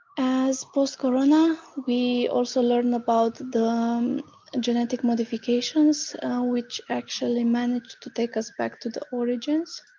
as post-corona we also learned about the um and genetic modifications which actually managed to take us back to the origins